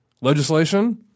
legislation